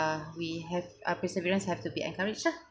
uh we have our perseverance have to be encouraged lah